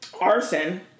arson